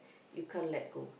you can't let go